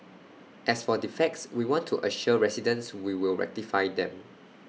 as for defects we want to assure residents we will rectify them